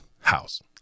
house